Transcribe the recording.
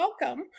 welcome